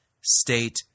state